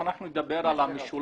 אם אנחנו נדבר על המשולש,